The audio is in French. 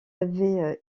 avaient